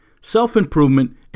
self-improvement